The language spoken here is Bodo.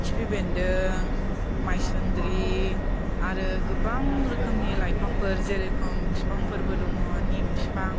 खिफि बेन्दों माइसुन्द्रि आरो गोबां रोखोमनि लाइफांफोर जेरै जेरेखम बिफांफोरबो दङ निम बिफां